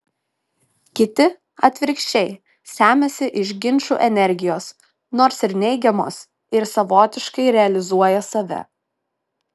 kiti atvirkščiai semiasi iš ginčų energijos nors ir neigiamos ir savotiškai realizuoja save